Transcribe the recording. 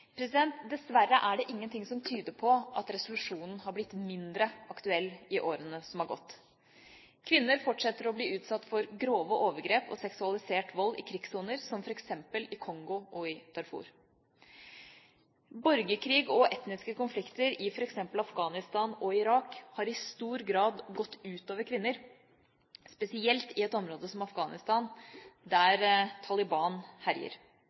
Dessverre er det ingenting som tyder på at resolusjonen har blitt mindre aktuell i årene som har gått. Kvinner fortsetter å bli utsatt for grove overgrep og seksualisert vold i krigssoner, som f.eks. i Kongo og i Darfur. Borgerkrig og etniske konflikter i f.eks. Afghanistan og Irak har i stor grad gått ut over kvinner, spesielt i et område som Afghanistan der Taliban herjer.